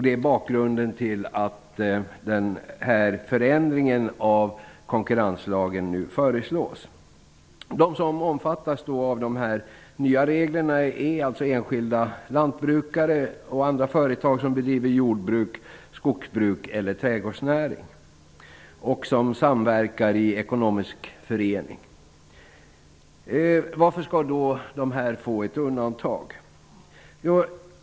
Det är bakgrunden till den förändring av konkurrenslagen som nu föreslås. De som omfattas av de nya reglerna är enskilda lantbrukare och andra företag som bedriver jordbruk, skogsbruk eller trädgårdsverksamhet och som samverkar i ekonomisk förening. Varför skall då de här få ett undantag?